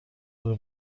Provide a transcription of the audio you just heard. داره